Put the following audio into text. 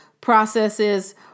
processes